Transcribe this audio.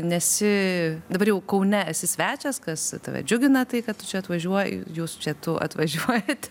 nesi dabar jau kaune esi svečias kas tave džiugina tai kad tu čia atvažiuoji jūs čia tu atvažiuojat